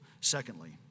Secondly